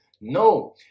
no